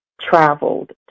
traveled